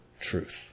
truth